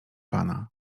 pana